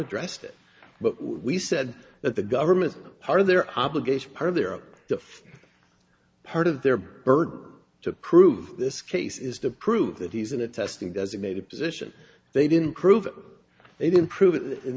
addressed it but we said that the government part of their obligation are there to part of their burden to prove this case is to prove that he's in a testing designated position they didn't prove they didn't prove